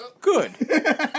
Good